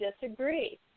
disagree